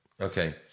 Okay